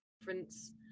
difference